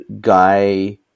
guy